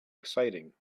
exciting